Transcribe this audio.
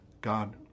God